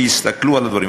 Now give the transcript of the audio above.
שיסתכלו על הדברים,